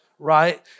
right